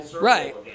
Right